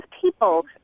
people